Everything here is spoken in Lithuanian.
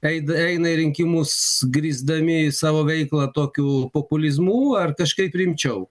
eid eina į rinkimus grįsdami savo veiklą tokiu populizmu ar kažkaip rimčiau